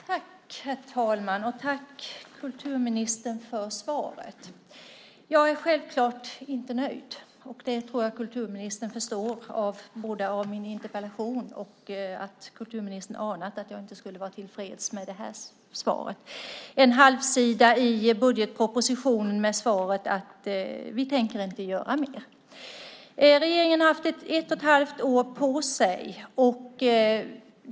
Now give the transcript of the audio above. Herr talman! Tack, kulturministern, för svaret! Jag är självklart inte nöjd. Det tror jag att kulturministern förstår av min interpellation. Jag tror också att kulturministern har anat att jag inte skulle vara tillfreds med svaret som hänvisar till en halv sida i budgetpropositionen där ni säger att ni inte tänker göra mer. Regeringen har haft ett och ett halvt år på sig.